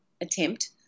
attempt